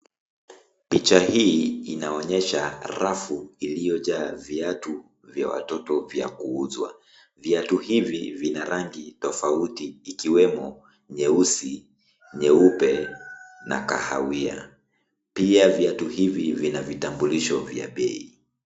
Picha hii inaonyesha rafu iliyojaa viatu vya watoto vwa kuuzwa . Viatu hivi vina rangi tofauti, ikiwemo nyeusi, nyeupe na kahawia. Pia, viatu hivi vina vitambulisho vya bei.